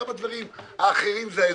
כמה דברים אחרים זה האזרחים.